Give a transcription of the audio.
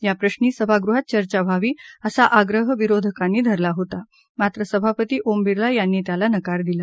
या प्रश्री सभागृहात चर्चा व्हावी असा आग्रह विरोधकांनी धरला होता मात्र सभापती ओम बिर्ला यांनी त्याला नकार दिला